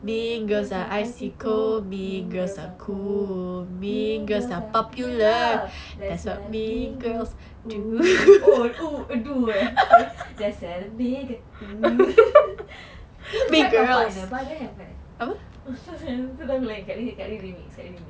mean girls are icy cold mean girls are cold mean girls are popular that's why we mean girls oh oh oh bukan do eh that's why we'll make it oh is it grab your partner partner kan bukan eh kakak remix